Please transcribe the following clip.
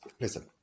listen